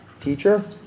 teacher